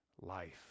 Life